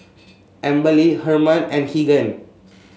Amberly Herman and Keegan